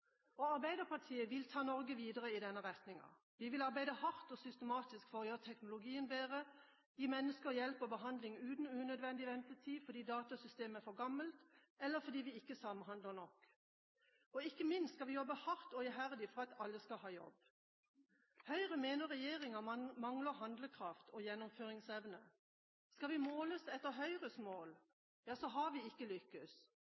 arbeidsledighet. Arbeiderpartiet vil ta Norge videre i denne retninga. Vi vil arbeide hardt og systematisk for å gjøre teknologien bedre og for å gi mennesker hjelp og behandling uten unødvendig ventetid fordi datasystemet er for gammelt, eller fordi vi ikke samhandler nok. Ikke minst skal vi jobbe hardt og iherdig for at alle skal ha jobb. Høyre mener regjeringa mangler handlekraft og gjennomføringsevne. Skal vi måle oss etter Høyres